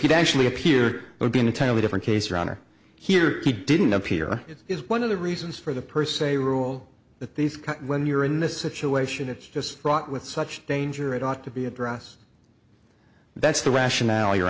you'd actually appeared would be an entirely different case your honor here he didn't appear it is one of the reasons for the per se rule that these when you're in this situation it's just fraught with such danger it ought to be address that's the rationale your